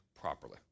properly